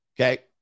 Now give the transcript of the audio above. okay